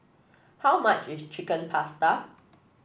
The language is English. how much is Chicken Pasta